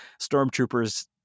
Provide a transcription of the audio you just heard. stormtroopers